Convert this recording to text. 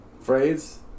phrase